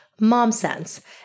momsense